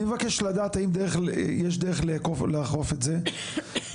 אני מבקש לדעת האם יש דרך לאכוף את זה ולעקוף